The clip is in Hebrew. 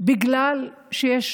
בגלל שיש